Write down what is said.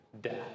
Death